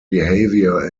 behaviour